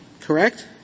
correct